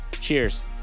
Cheers